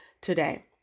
today